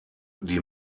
die